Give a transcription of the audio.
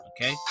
Okay